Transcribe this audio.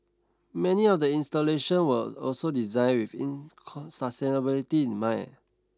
many of the installations were also designed within sustainability in mind